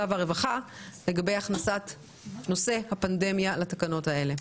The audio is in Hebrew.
והרווחה לגבי הכנסת נושא הפנדמיה לתקנות האלה.